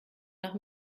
nach